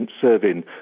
serving